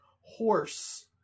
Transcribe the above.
horse